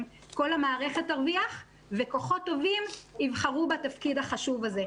כל המערכת תרוויח וכוחות טובים יבחרו בתפקיד החשוב הזה.